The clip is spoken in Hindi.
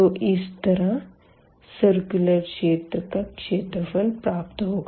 तो इस तरह सर्कुलर क्षेत्र का क्षेत्रफल प्राप्त होगा